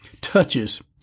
touches